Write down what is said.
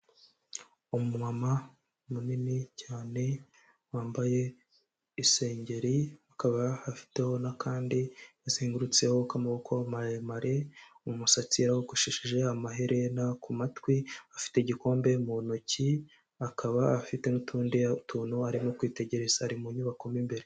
Umumama munini cyane wambaye isengeri akaba afiteho n'akandi kazengurutseho k'amaboko maremare, umusatsi yarawogoshesheje, amaherena ku matwi, afite igikombe mu ntoki, akaba afite n'utundi tuntu arimo kwitegereza, ari mu nyubako mo imbere.